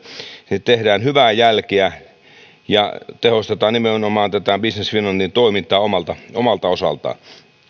niin tehdään hyvää jälkeä ja tehostetaan nimenomaan tätä business finlandin toimintaa omalta omalta osaltaan